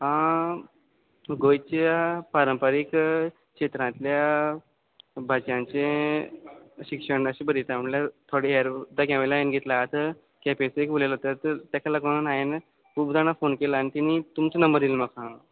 आं गोंयच्या पारंपारीक क्षेत्रांतल्या भाजयांचें शिक्षण अशें बरयता म्हणल्यार थोडे हें रोयता की हांवें लायन घेतलात केंपेचो एक उलयलो तर तर तेका लागून हांवें खूब जाणां फोन केला आनी तेनी तुमचो नंबर दिलो म्हाका